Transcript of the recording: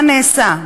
מה נעשה?